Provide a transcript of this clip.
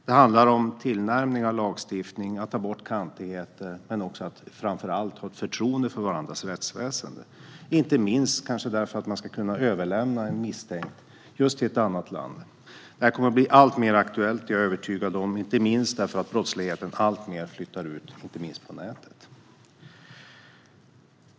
Det handlar om tillnärmning av lagstiftning och om att ta bort kantigheter, men framför allt handlar det om att ha förtroende för varandras rättsväsen. Detta gäller inte minst för att man ska kunna överlämna en misstänkt till ett annat land. Jag är övertygad om att detta kommer att bli alltmer aktuellt, inte minst därför att brottsligheten i allt högre grad flyttar ut på nätet.